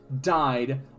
Died